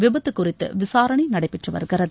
விபத்து குறித்து விசாரணை நடைபெற்று வருகிறது